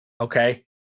okay